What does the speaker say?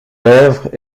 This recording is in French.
lèvres